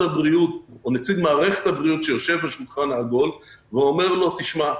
הבריאות או נציג מערכת הבריאות שיושב בשולחן העגול ואומר לו: "תשמע,